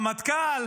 על הרמטכ"ל,